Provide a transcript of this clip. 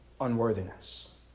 unworthiness